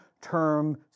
term